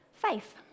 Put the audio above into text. Faith